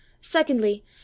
Secondly